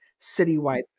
citywide